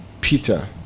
Peter